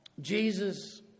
Jesus